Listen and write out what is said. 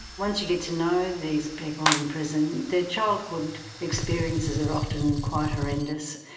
once you get to know these people in prison, their childhood experiences are often quite horrendous.